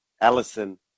Allison